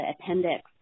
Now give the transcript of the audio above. appendix